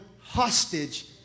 hostage